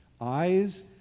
eyes